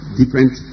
different